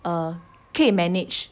um 可以 manage